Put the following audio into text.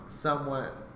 somewhat